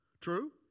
True